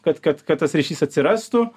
kad kad kad tas ryšys atsirastų